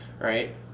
right